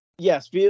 Yes